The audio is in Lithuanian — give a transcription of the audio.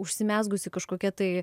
užsimezgusi kažkokia tai